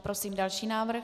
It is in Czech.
Prosím další návrh.